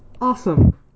Awesome